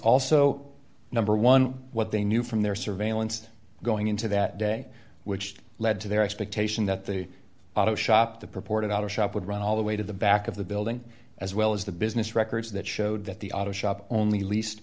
also number one what they knew from their surveillance going into that day which led to their expectation that the auto shop the purported outer shop would run all the way to the back of the building as well as the business records that showed that the auto shop only least